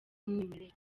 umwimerere